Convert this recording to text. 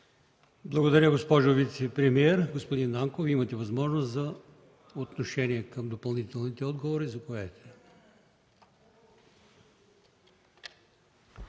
Благодаря, госпожо вицепремиер. Господин Нанков, имате възможност за отношение към допълнителните отговори.